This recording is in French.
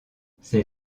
ses